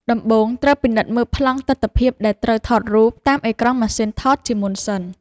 ដំបូងត្រូវពិនិត្យមើលប្លង់ទិដ្ឋភាពដែលត្រូវថតរូបតាមកអេក្រង់ម៉ាស៊ីនថតជាមុនសិន។